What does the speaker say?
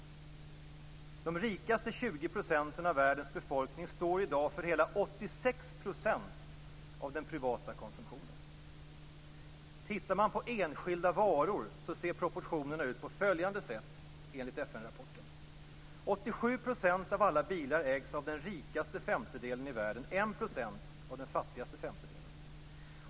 De rikaste 20 procenten av världens befolkning står i dag för hela 86 % av den privata konsumtionen. Tittar man på enskilda varor ser proportionerna ut på följande sätt enligt FN-rapporten: · 87 % av alla bilar ägs av den rikaste femtedelen i världen och 1 % av den fattigaste femtedelen.